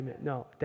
No